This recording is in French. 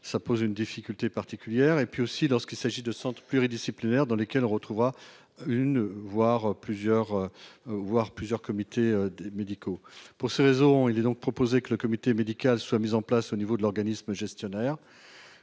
ça pose une difficulté particulière et puis aussi lorsqu'il s'agit de centres pluridisciplinaires dans lesquelles retrouvera une, voir plusieurs. Voire plusieurs comités médicaux pour ces raisons, il est donc proposé que le comité médical soit mis en place au niveau de l'organisme gestionnaire.